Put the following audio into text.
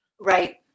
right